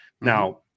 now